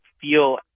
feel